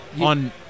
on